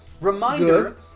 Reminder